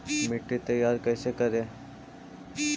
मिट्टी तैयारी कैसे करें?